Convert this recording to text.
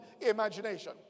imagination